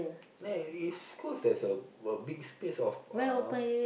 then in East-Coast there's a a big space of uh